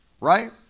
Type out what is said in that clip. right